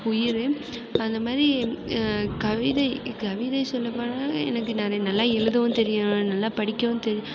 உயிர் அந்த மாதிரி கவிதை கவிதை சொல்லபோனா எனக்கு நல்லா எழுதவும் தெரியும் நல்லா படிக்கவும் தெரியும்